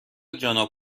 جانا